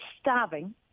starving